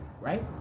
right